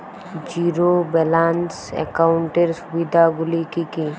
Zero balance একাউন্টের সুবিধা গুলি কি কি?